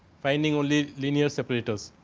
finding only linier separates.